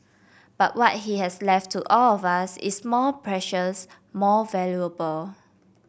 but what he has left to all of us is more precious more valuable